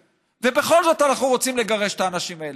ובכל זאת אנחנו רוצים לגרש את האנשים האלה.